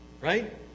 Right